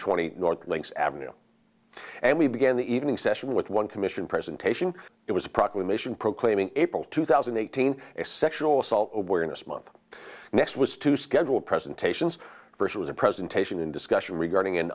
twenty north links avenue and we began the evening session with one commission presentation it was a proclamation proclaiming april two thousand and eighteen a sexual assault awareness month next was to schedule presentations first was a presentation and discussion regarding an